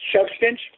substance